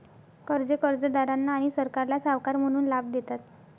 कर्जे कर्जदारांना आणि सरकारला सावकार म्हणून लाभ देतात